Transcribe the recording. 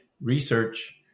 research